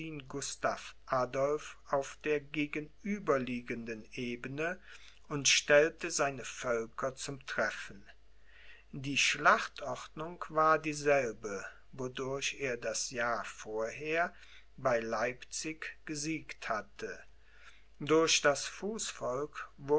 gustav adolph auf der gegenüberliegenden ebene und stellte seine völker zum treffen die schlachtordnung war dieselbe wodurch er das jahr vorher bei leipzig gesiegt hatte durch das